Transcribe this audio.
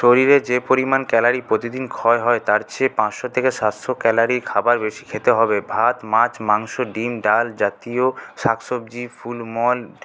শরীরে যে পরিমাণ ক্যালারি প্রতিদিন ক্ষয় হয় তার চেয়ে পাঁচশো থেকে সাতশো ক্যালারি খাবার বেশি খেতে হবে ভাত মাছ মাংস ডিম ডালজাতীয় শাক সবজি ফুল মল